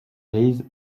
grises